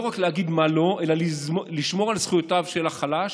רק להגיד מה לא אלא לשמור על זכויותיו של החלש,